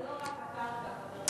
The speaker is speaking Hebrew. בית זה לא רק הקרקע, חבר הכנסת פייגלין.